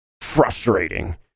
frustrating